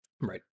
Right